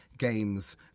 games